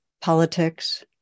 politics